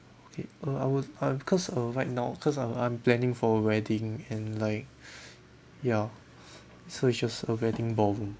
okay uh I would uh because uh right now because uh I'm planning for a wedding and like ya so it's just a wedding ballroom